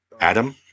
Adam